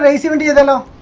of the available